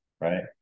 right